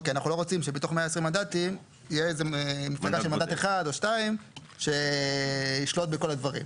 רוצים שבתוך ה-120 מנדטים תהיה מפלגה של מנדט אחד או שניים שישלוט בדברים.